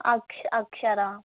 అక్ష్ అక్షరా